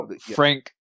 Frank